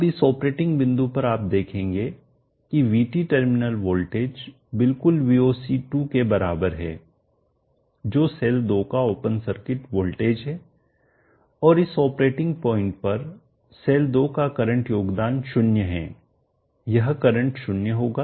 अब इस ऑपरेटिंग बिंदु पर आप देखेंगे कि VT टर्मिनल वोल्टेज बिलकुल VOC2 के बराबर है जो सेल 2 का ओपन सर्किट वोल्टेज है और इस ऑपरेटिंग पॉइंट पर सेल 2 का करंट योगदान 0 है यह करंट 0 होगा